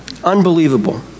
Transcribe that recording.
unbelievable